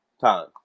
time